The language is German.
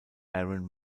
aaron